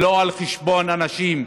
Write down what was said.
לא על חשבון אנשים.